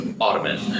ottoman